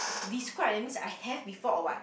describe that means I have before what